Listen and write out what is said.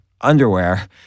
underwear